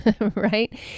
right